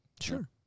Sure